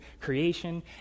creation